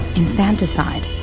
infanticide,